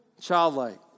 childlike